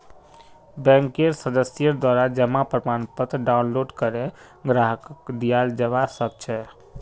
बैंकेर सदस्येर द्वारा जमा प्रमाणपत्र डाउनलोड करे ग्राहकक दियाल जबा सक छह